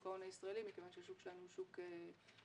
ההון הישראלי מכיוון שהשוק שלנו הוא שוק קטן,